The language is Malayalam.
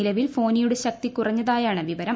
നിലവിൽ ഫോനിയുടെ ശക്തി കുറഞ്ഞതായാണ് വിവരം